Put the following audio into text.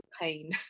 pain